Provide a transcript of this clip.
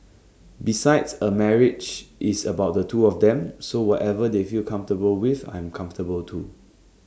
besides A marriage is about the two of them so whatever they feel comfortable with I am comfortable too